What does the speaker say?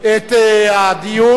הדיון,